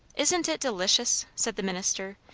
isn't it delicious? said the minister,